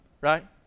right